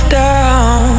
down